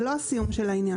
זה לא הסיום של העניין.